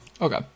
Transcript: Okay